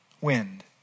Wind